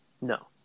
No